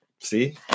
See